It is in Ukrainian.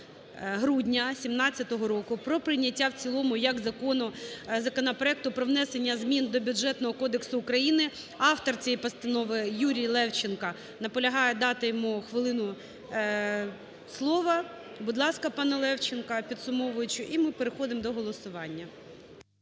грудня 2017 року про прийняття в цілому як закону законопроекту про внесення змін до Бюджетного кодексу України. Автор цієї постанови Юрій Левченко наполягає дати йому хвилину слова. Будь ласка, пане Левченко, підсумовуюче. І ми переходимо до голосування.